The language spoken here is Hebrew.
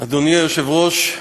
אדוני היושב-ראש,